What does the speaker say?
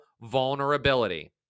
vulnerability